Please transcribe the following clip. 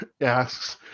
asks